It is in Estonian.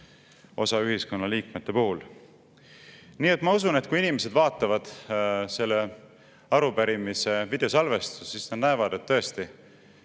palgapäevast palgapäevani. Nii et ma usun, et kui inimesed vaatavad selle arupärimise videosalvestust, siis nad näevad, et tõesti